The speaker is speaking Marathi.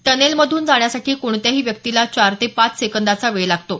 टनेलमधून जाण्यासाठी कोणत्याही व्यक्तीला चार ते पाच सेकंदाचा वेळ लागतो